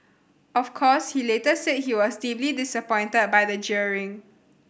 of course he later said he was deeply disappointed by the jeering